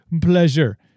pleasure